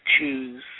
choose